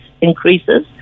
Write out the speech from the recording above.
increases